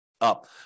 Up